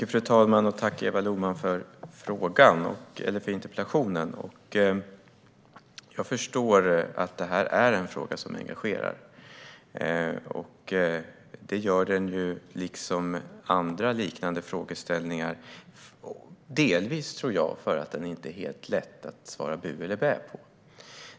Fru talman! Tack, Eva Lohman, för interpellationen! Jag förstår att detta är en fråga om engagerar. Det gör den, liksom andra liknande frågeställningar, delvis, tror jag, för att den inte är helt lätt att svara bu eller bä på.